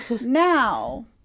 Now